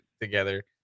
together